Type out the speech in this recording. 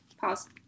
pause